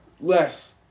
Less